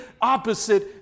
opposite